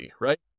Right